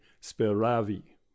speravi